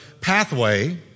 pathway